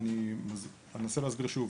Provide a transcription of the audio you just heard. אני רוצה להסביר שוב.